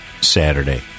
Saturday